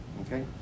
okay